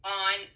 on